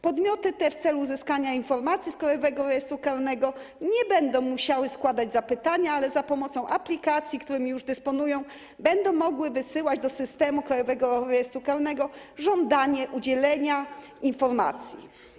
Podmioty te w celu uzyskania informacji z Krajowego Rejestru Karnego nie będą musiały składać zapytania, ale za pomocą aplikacji, którymi już dysponują, będą mogły wysyłać do systemu Krajowego Rejestru Karnego żądanie udzielenia informacji.